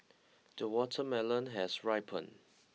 the watermelon has ripened